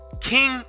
King